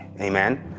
Amen